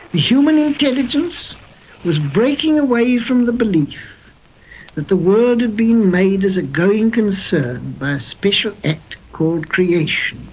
human intelligence was breaking away from the belief that the world had been made as a going concern by a special act called creation.